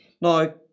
Now